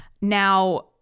Now